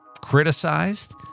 criticized